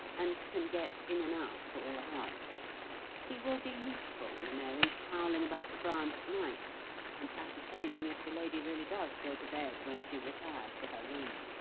and can get in and out at all hours he will be useful, you know, in prowling about the grounds at night and ascertaining if the lady really does go to bed when she retires to her room.